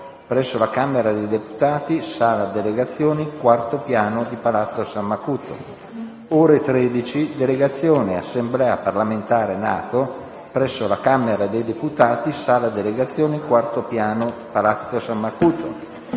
presso la Camera dei deputati, sala delegazioni, quarto piano di Palazzo San Macuto; ore 13, delegazione Assemblea parlamentare NATO, presso la Camera dei deputati, sala delegazioni, quarto piano di Palazzo San Macuto.